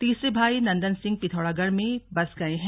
तीसरे भाई नंदन सिंह पिथौरागढ़ में बस गए हैं